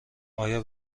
آیا